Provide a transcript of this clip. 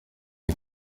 mes